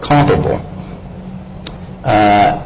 comparable a